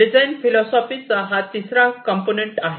design फिलोसोफीचा हा तिसरा कंपोनेंट आहे